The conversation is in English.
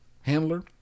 Handler